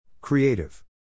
Creative